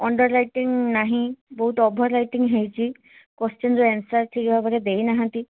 underwriting ନାହିଁ ବହୁତ overwriting ହେଇଛି କୋସ୍ଚିନର ଆନ୍ସର ଠିକ୍ ଭାବରେ ଦେଇନାହାନ୍ତି